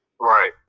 Right